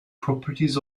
properties